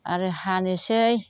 आरो हानोसै